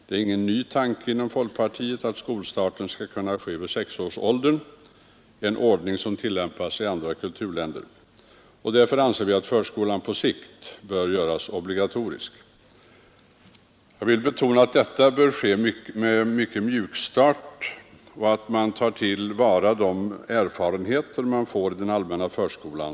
Det är ingen ny tanke inom folkpartiet att skolstarten skulle kunna ske vid sexårsåldern — en ordning som tillämpas i andra kulturländer — och därför anser vi att förskolan på sikt bör göras obligatorisk. Jag vill betona att detta bör ske med mycket mjuk start och att man bör ta till vara de erfarenheter man får i den allmänna förskolan.